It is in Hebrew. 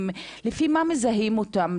לפי מה מזהים אותם?